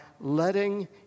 Letting